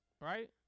Right